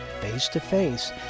face-to-face